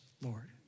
Lord